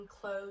clothes